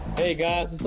hey, guys,